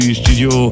studio